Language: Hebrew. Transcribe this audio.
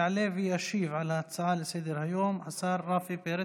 יעלה וישיב על ההצעה לסדר-היום השר רפי פרץ,